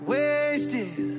Wasted